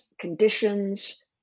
conditions